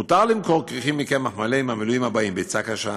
מותר למכור כריכים מקמח מלא עם המילויים הבאים: ביצה קשה,